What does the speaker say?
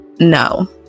No